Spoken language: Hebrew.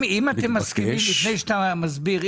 לפני שאתה מסביר,